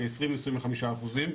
כעשרים-עשרים וחמישה אחוזים.